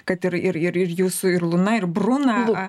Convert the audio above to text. kad ir ir jūsų ir luna ir bruna